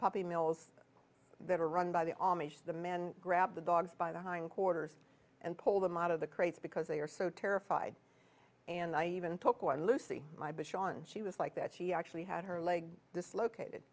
puppy mills that are run by the amish the men grab the dogs by the hind quarters and pull them out of the crates because they are so terrified and i even took one lucy my but sean she was like that she actually had her leg this located